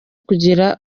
kugira